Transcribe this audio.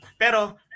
Pero